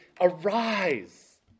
arise